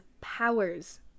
powers